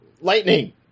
Lightning